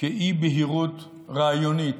כאי-בהירות רעיונית,